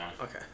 Okay